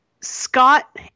Scott